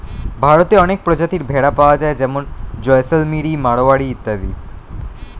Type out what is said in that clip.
ভারতে অনেক প্রজাতির ভেড়া পাওয়া যায় যেমন জয়সলমিরি, মারোয়ারি ইত্যাদি